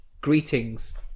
Greetings